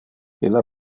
illa